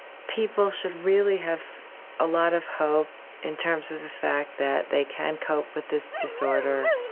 people should really have a lot of hope in terms of the fact that they can cope with this disorder.